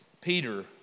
Peter